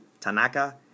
Tanaka